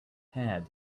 had